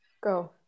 Go